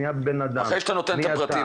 מי הבנאדם --- מה קורה אחרי שאתה נותן את הפרטים?